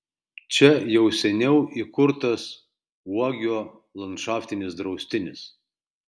čia jau seniau įkurtas uogio landšaftinis draustinis